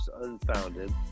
unfounded